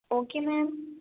okay ma'am